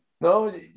No